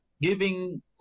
giving